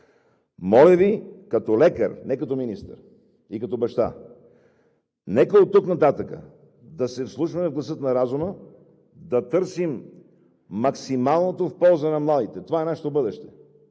Моля Ви като лекар и като баща, не като министър: нека оттук нататък да се вслушваме в гласа на разума, да търсим максималното в полза на младите. Това е нашето бъдеще,